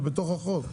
זה בתוך החוק,